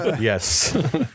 Yes